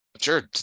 sure